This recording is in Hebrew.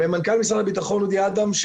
מנכ"ל משרד הביטחון, אודי אדם,